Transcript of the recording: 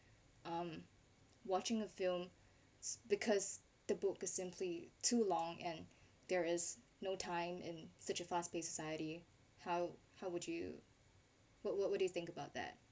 uh watching a film because the book is simply too long and there is no time in such a fast paced society how how would you what what what do you think about that